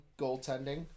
goaltending